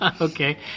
Okay